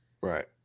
Right